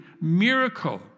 miracle